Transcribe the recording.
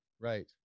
Right